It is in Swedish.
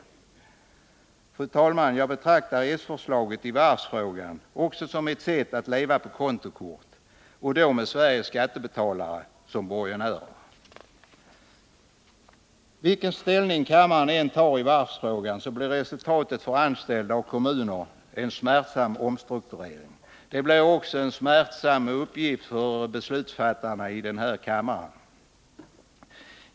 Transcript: Fru talman! Jag betraktar s-förslaget i varvsfrågan också som ett sätt att leva på kontokort — och då med Sveriges skattebetalare som borgensmän. Vilken ställning kammaren än tar i varvsfrågan blir resultatet för anställda och kommuner en smärtsam omstrukturering. Det blir smärtsamt också för beslutsfattarna i den här kammaren.